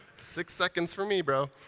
six seconds for me, bro.